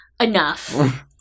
Enough